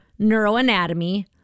neuroanatomy